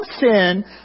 sin